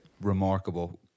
remarkable